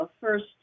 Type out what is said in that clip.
first